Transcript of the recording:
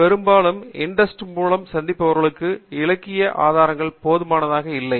பெரும்பாலும் INDEST மூலம் சந்திப்பவர்களுக்கு இலக்கிய ஆதாரங்கள் போதுமானதாக இல்லை